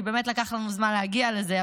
כי באמת לקח לנו זמן להגיע לזה,